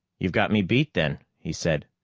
you've got me beat then, he said.